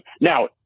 Now